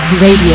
Radio